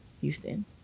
Houston